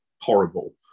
horrible